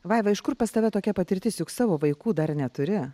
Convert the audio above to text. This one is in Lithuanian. vaiva iš kur pas tave tokia patirtis juk savo vaikų dar neturi